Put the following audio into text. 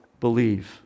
believe